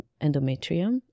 endometrium